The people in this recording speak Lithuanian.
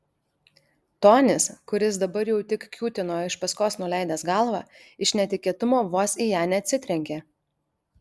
tonis kuris dabar jau tik kiūtino iš paskos nuleidęs galvą iš netikėtumo vos į ją neatsitrenkė